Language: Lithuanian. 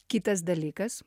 kitas dalykas